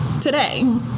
today